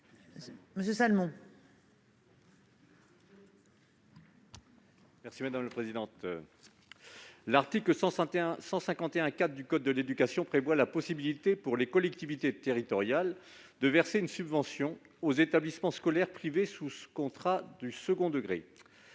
parole est à M. Daniel Salmon. L'article L. 151-4 du code de l'éducation prévoit la possibilité, pour les collectivités territoriales, de verser une subvention aux établissements scolaires privés sous contrat du second degré.